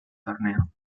torneo